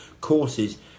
courses